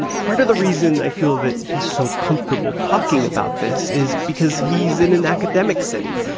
and part of the reason i feel that he's so comfortable talking about this is because he's in an academic setting.